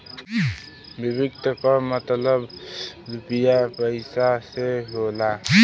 वित्त क मतलब रुपिया पइसा से होला